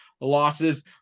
losses